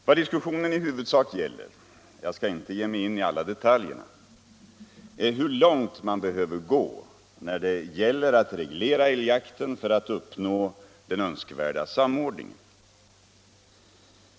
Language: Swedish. Vad diskussionen i huvudsak gäller — jag skall inte ge mig in i alla detaljer — är hur långt man behöver gå när det gäller att reglera älgjakten för att uppnå den önskvärda samordningen.